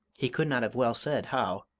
he could not have well said how,